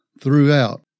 throughout